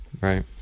Right